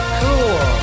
cool